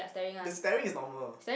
the staring is normal